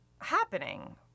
happening